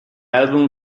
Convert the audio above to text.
album